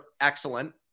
excellent